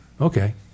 Okay